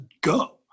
go